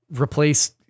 replace